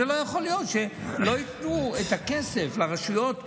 זה לא יכול להיות שלא ייתנו את הכסף לרשויות הסמוכות,